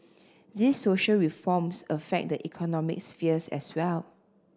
these social reforms affect the economic spheres as well